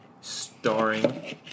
starring